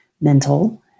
mental